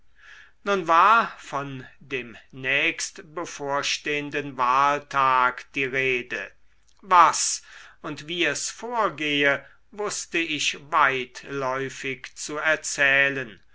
nun war von dem nächst bevorstehenden wahltag die rede was und wie es vorgehe wußte ich weitläufig zu erzählen